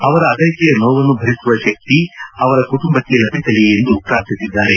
ಅವರ ಅಗಲಿಕೆಯ ನೋವನ್ನು ಭರಿಸುವ ಶಕ್ತಿ ಅವರ ಕುಟುಂಬಕ್ಕೆ ಕರುಣಿಸಲಿ ಎಂದು ಪ್ರಾರ್ಥಿಸಿದ್ದಾರೆ